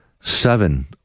seven